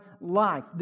life